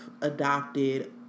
adopted